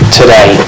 today